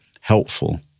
helpful